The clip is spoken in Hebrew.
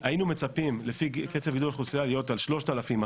היינו מצפים לפי קצת גידול האוכלוסייה להיות על 3,200,